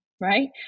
Right